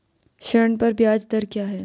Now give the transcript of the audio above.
ऋण पर ब्याज दर क्या है?